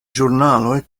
ĵurnaloj